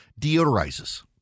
deodorizes